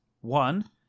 One